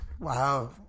Wow